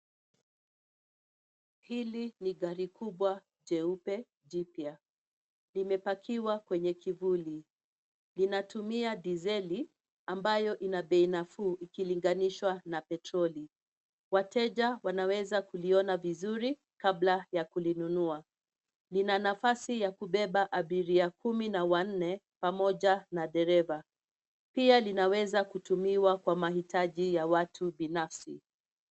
Hili ni gari kubwa jeupe jipya. Limepakiwa kwenye kivuli. Linatumia dizeli ambayo ina bei nafuu ikilinganishwa na petroli. Wateja wanaweza kuliona vizuri kabla ya kulinunua. Lina nafasi ya kubeba abiria kumi na wanne pamoja na dereva, pia linaweza kutumiwa kwa mahitaji ya watu binafsi.